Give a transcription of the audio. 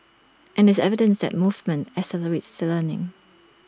and there's evidence that movement accelerates the learning